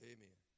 Amen